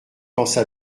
pensa